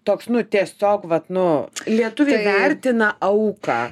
toks nu tiesiog vat nu lietuviai vertina auką